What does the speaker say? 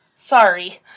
Sorry